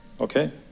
Okay